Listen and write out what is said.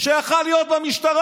שיכול היה להיות במשטרה.